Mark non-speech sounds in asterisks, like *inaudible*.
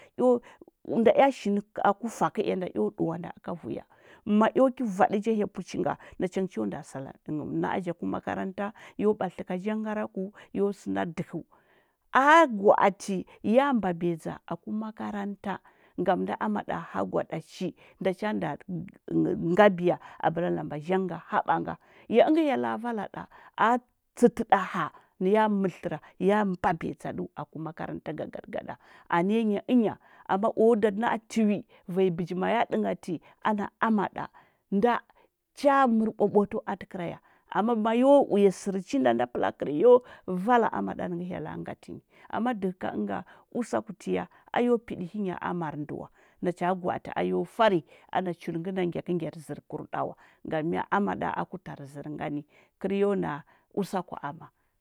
*hesitation* nda ea shini ku fa kɚ ea nda ka vuyo ma eo ki vaɗa ja hyapuchi nga, nachangɚ cho nda sala na’a ja ku makaranta, yo ɓatlɚtɚ ka jangaraku yo sɚnda dɚhɚu aa gwa’ati ya mbabiya dza aku makaranta ngam nda ama ɗa hagwaɗa ci nda cha nda *hesitation* ngabiya abɚra lamba zhang nga haɓa nga. Ya rɚngɚ hyela valaɗa a tsɚtɚ ɗa ha, ya mɚrɚ tlɚre ye mbabiya dzaɗɚu aki makaranta gageɗa gegaɗa anɚ ya nya ɚnya ama o da nda tiwi vanji biji maya dɚnghati ana ama ɗa nda cha mɚrɚ ɓwaɓwatu atɚ kɚra ya ama ma yo uya sɚr chi nda nda pɚlakɚr yo vala amaɗa ni ngɚ hyella ngatinyi ama dɚhɚ ka ɚnga, usakutiya ayo piɗɚhi nya amar ndɚwa nacha gwa’ati ayo fari ana chul ngɚ na ngyakɚ ngyar zɚrkurɗa wa ngam mya? Ama ɗa aku tarɚ zɚr ngani, kɚr yo na usaku ama.